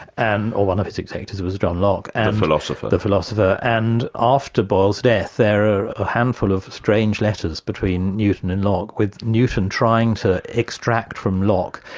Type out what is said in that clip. and or one of his executors was john locke. the and philosopher. the philosopher. and after boyle's death there are a handful of strange letters between newton and locke, with newton trying to extract from locke,